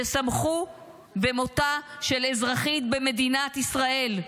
ששמחו במותה של אזרחית במדינת ישראל,